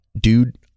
Dude